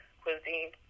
cuisine